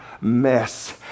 mess